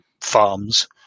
farms